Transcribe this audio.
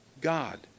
God